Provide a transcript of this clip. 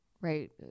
right